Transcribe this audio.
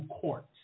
court